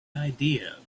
idea